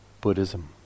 Buddhism